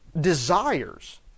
desires